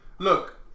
Look